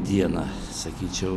diena sakyčiau